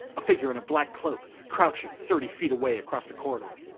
a figure in a black cloak, crouching thirty feet away across the corridor.